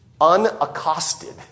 unaccosted